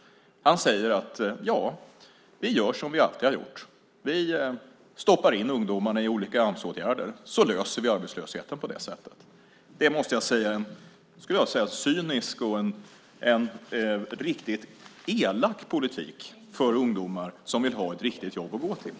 Han säger: Vi gör som vi alltid har gjort. Vi stoppar in ungdomarna i olika Amsåtgärder, så löser vi arbetslösheten på det sättet. Jag måste säga att det är en cynisk och en riktigt elak politik för ungdomar som vill ha ett riktigt jobb att gå till.